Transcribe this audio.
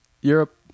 Europe